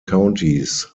countys